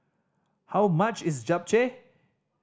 how much is Japchae